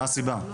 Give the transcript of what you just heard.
מה הסיבה?